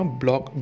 block